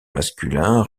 masculins